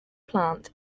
plant